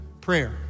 prayer